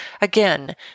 again